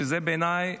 שזה בעיניי